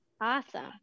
Awesome